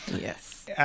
Yes